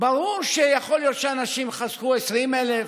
ברור שיכול להיות שאנשים חסכו 20,000,